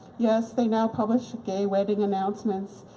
yes, they now publish gay wedding announcements.